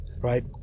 right